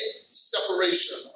separation